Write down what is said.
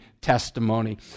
Testimony